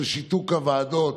של שיתוק הוועדות,